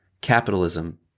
capitalism